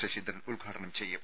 ശശീന്ദ്രൻ ഉദ്ഘാടനം ചെയ്യും